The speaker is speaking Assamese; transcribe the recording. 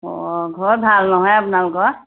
অঁ ঘৰত ভাল নহয় আপোনালোকৰ